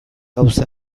gauza